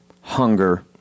hunger